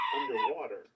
underwater